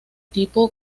tipo